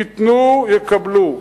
יקבלו, ייתנו, יקבלו.